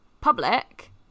public